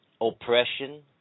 oppression